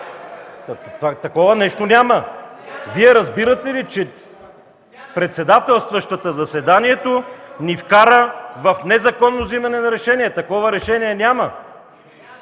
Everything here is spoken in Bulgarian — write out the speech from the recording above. Такова нещо няма! Вие разбирате ли, че председателстващата заседанието ни вкара в незаконно вземане на решение? Такова решение няма!